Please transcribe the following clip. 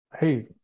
hey